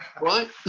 right